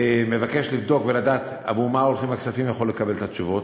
שמבקש לבדוק ולדעת עבור מה הכספים הולכים יכול לקבל את התשובות.